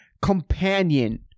Companion